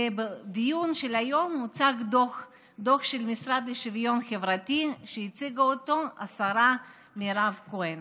ובדיון של היום הוצג דוח של המשרד לשוויון חברתי שהציגה השרה מירב כהן.